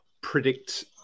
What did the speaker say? predict